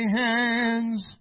hands